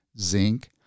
zinc